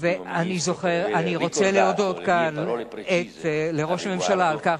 אני רוצה להודות כאן לראש הממשלה על כך